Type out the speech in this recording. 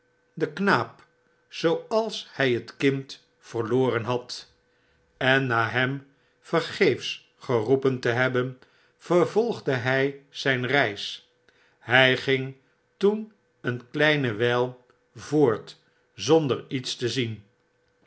den knaap zooals hy het kind verloren had en na hem vergeefs geroepen te hebben vervolgde hy zyn reis hy ging toen een kleine wyl voort zonder iets te zien